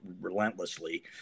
relentlessly